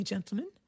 gentlemen